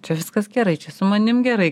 čia viskas gerai čia su manim gerai